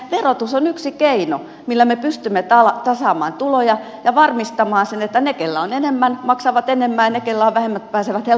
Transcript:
verotus on yksi keino millä me pystymme tasaamaan tuloja ja varmistamaan sen että ne kenellä on enemmän maksavat enemmän ja ne kenellä vähemmän pääsevät helpommalla